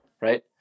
right